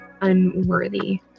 unworthy